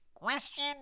Question